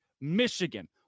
Michigan